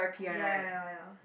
ya ya ya ya